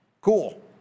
Cool